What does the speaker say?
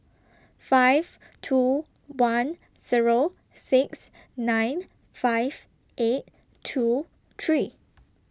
five two one Zero six nine five eight two three